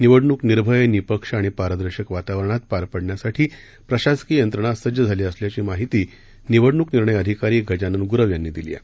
निवडणूक निर्भय निःपक्ष आणि पारदर्शक वातावरणात पार पाडण्यासाठी प्रशासकीय यंत्रणा सज्ज झाली असल्याची माहिती निवडणूक निर्णय अधिकारी गजानन गुरव यांनी दिली आहे